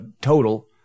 total